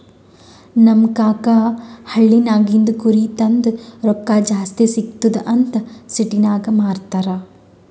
ನಮ್ ಕಾಕಾ ಹಳ್ಳಿನಾಗಿಂದ್ ಕುರಿ ತಂದು ರೊಕ್ಕಾ ಜಾಸ್ತಿ ಸಿಗ್ತುದ್ ಅಂತ್ ಸಿಟಿನಾಗ್ ಮಾರ್ತಾರ್